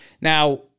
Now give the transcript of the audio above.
Now